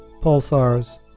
pulsars